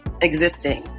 existing